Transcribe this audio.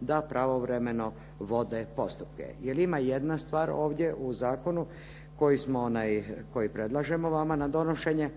da pravovremeno vode postupke jer ima jedna stvar ovdje u zakonu koji predlažemo vama na donošenje